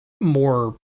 more